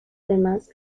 temas